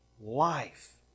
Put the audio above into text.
life